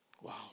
Wow